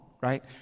right